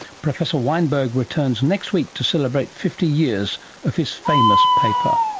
professor weinberg returns next week to celebrate fifty years of his famous paper